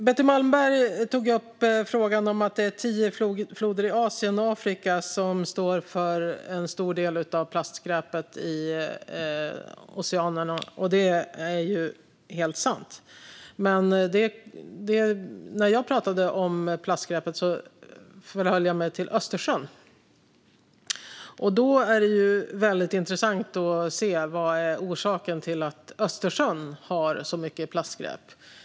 Betty Malmberg tog upp frågan att det är tio floder i Asien och Afrika som står för en stor del av plastskräpet i oceanerna. Detta är helt sant, men när jag pratade om plastskräp förhöll jag mig till Östersjön. Det är intressant att se vad orsaken är till att Östersjön har så mycket plastskräp.